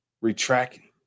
retracting